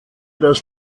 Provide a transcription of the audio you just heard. das